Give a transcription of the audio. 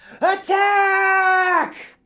Attack